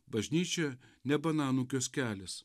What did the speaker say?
bažnyčia ne bananų kioskelis